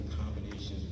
combinations